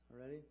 Ready